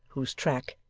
whose track,